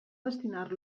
destinar